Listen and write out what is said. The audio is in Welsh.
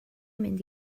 mynd